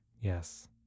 Yes